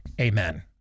Amen